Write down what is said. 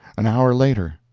an hour later.